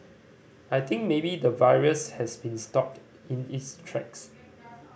i think maybe the virus has been stopped in its tracks